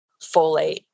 folate